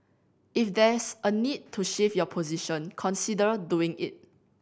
if there's a need to shift your position consider doing it